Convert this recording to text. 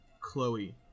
Chloe